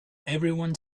everyone